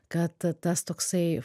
kad tas toksai